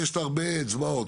יש הרבה אצבעות,